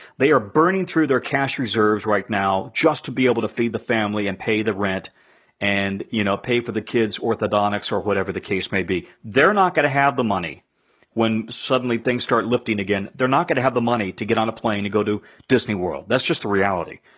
they are burning through their cash reserves right now just to be able to feed the family and pay the rent and, you know, pay for the kids' orthodontics or whatever the case may be. they're not gonna have the money when suddenly things start lifting again. they're not gonna have the money to get on a plane and go to disneyworld. that's just the reality.